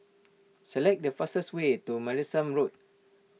select the fastest way to Martlesham Road